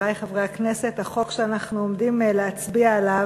חברי חברי הכנסת, החוק שאנחנו עומדים להצביע עליו,